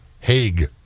Haig